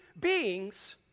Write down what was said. beings